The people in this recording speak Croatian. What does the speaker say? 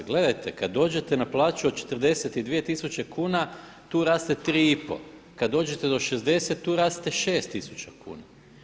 Gledajte, kada dođete na plaću od 42 tisuće kuna tu raste 3,5, kada dođete do 60 tu raste 6 tisuća kuna.